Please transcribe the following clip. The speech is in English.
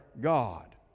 God